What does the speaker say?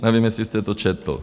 Nevím, jestli jste to četl.